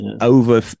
over